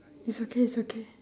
it's okay it's okay